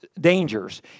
dangers